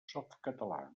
softcatalà